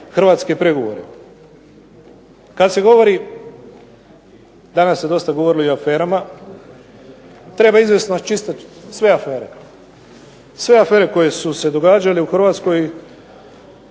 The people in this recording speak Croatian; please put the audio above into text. hrvatske pregovore. Kad se govori, danas se dosta govorilo i o aferama, treba izvest na čistac sve afere koje su se događale u Hrvatskoj